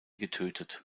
getötet